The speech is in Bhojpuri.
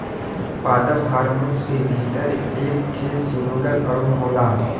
पादप हार्मोन के भीतर एक ठे सिंगल अणु होला